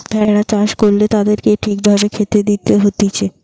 ভেড়া চাষ করলে তাদেরকে ঠিক ভাবে খেতে দিতে হতিছে